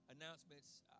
announcements